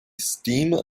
steam